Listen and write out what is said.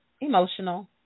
emotional